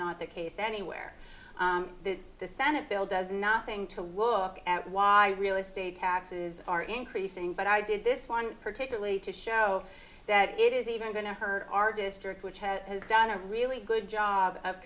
not the case anywhere in the senate bill does nothing to look at why real estate taxes are increasing but i did this one particularly to show that it is even going to hurt our district which has done a really good job